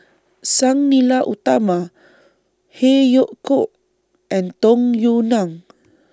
Sang Nila Utama Phey Yew Kok and Tung Yue Nang